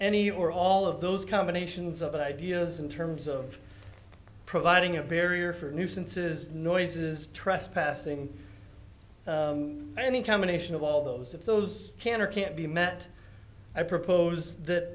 any or all of those combinations of ideas in terms of providing a barrier for nuisances noises trespassing and the combination of all those if those can or can't be met i propose that